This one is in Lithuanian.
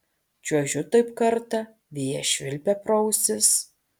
čiuožiu taip kartą vėjas švilpia pro ausis